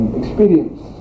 experience